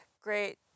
great